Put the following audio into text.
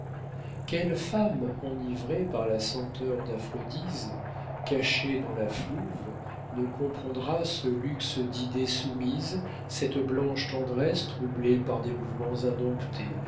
quelle femme enivrée par la senteur d'aphrodise cachée dans la flouve ne comprendra ce luxe d'idées soumises cette blanche tendresse troublée par des mouvements indomptés